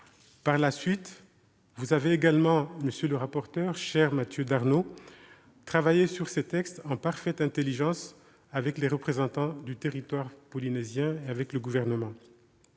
Par la suite, vous avez également, monsieur le rapporteur, cher Mathieu Darnaud, travaillé sur ces textes en parfaite intelligence avec les représentants du territoire polynésien et avec le Gouvernement.